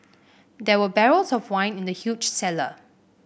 there were barrels of wine in the huge cellar